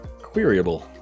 queryable